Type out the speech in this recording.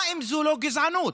מה זו, אם לא גזענות?